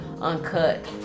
uncut